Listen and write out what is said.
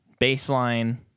baseline